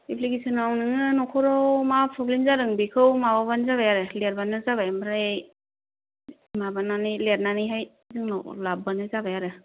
एप्लिकेसनाव नोङो न'खराव मा प्रब्लेम जादों बेखौ माबाबानो जाबाय आरो लिरबानो जाबाय आरो ओमफ्राय माबानानै लिरनानैहाय जोंनाव लाबोब्लानो जाबाय आरो